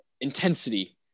intensity